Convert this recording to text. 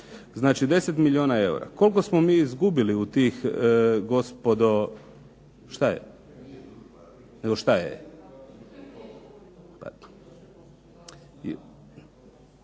Znači, 10 milijuna eura. Koliko smo mi izgubili u tih, gospodo… … /Upadica se